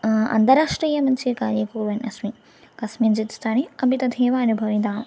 अन्तराष्ट्रीयमञ्चे कार्यं कुर्वन् अस्मि कस्मिन् चित् स्थाने अपि तथैव अनुभविताम्